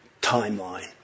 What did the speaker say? timeline